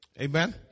Amen